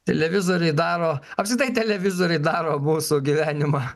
televizoriai daro apskritai televizoriai daro mūsų gyvenimą